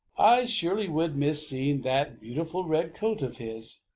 surely would miss seeing that beautiful red coat of his!